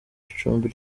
icumbi